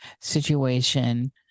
situation